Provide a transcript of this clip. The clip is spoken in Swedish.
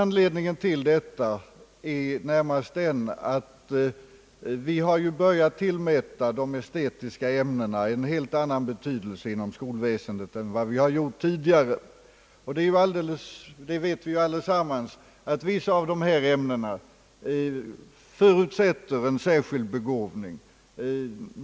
Anledningen till detta är närmast att vi börjat tillmäta de estetiska ämnena en helt annan betydelse inom skolväsendet än vi tidigare gjort. Vi vet alla att vissa av dessa ämnen förutsätter en särskild begåvning.